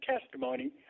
testimony